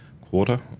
quarter